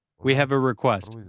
we have request,